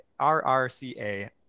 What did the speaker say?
RRCA